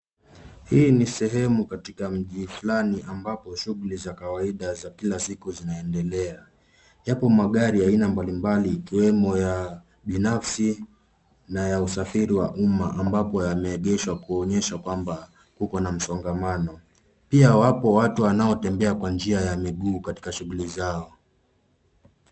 Hii ni sehemu katika mji fulani ambapo shughuli za kawaida za kila siku zinaendelea. Yapo magari aina mbalimbali ikiwemo ya binafsi na ya usafiri wa umma ambapo yameegeshwa; kuonyesha kwamba kuko na msongamano. Pia wapo watu wanaotembea kwa miguu katika shughuli zao.